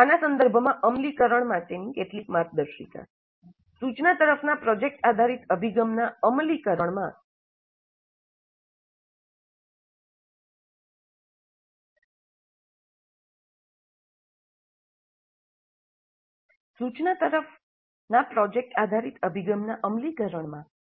આના સંદર્ભમાં અમલીકરણની કેટલીક માર્ગદર્શિકા સૂચના તરફના પ્રોજેક્ટ આધારિત અભિગમના અમલીકરણમાં